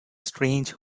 strange